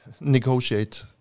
negotiate